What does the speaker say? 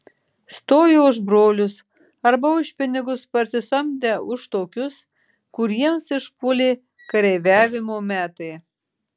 stojo už brolius arba už pinigus parsisamdę už tokius kuriems išpuolė kareiviavimo metai